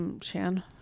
Shan